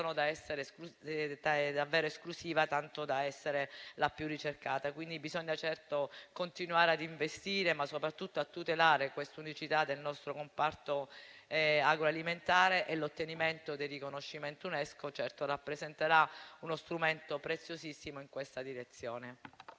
rendono davvero esclusiva, tanto da essere la più ricercata. Bisogna pertanto continuare a investire, ma soprattutto a tutelare l'unicità del nostro comparto agroalimentare e l'ottenimento del riconoscimento UNESCO certamente rappresenterà uno strumento preziosissimo in questa direzione.